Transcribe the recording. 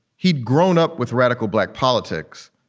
he'd grown up with radical black politics.